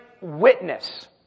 witness